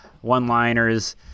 one-liners